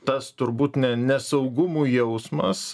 tas turbūt ne nesaugumo jausmas